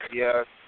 yes